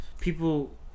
People